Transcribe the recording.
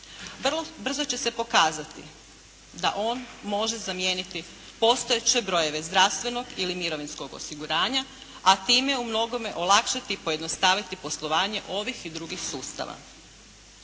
brzo će se pokazati da on može zamijeniti postojeće brojeve zdravstvenog ili mirovinskog osiguranja a time u mnogome olakšati i pojednostaviti poslovanje ovih i drugih sustava.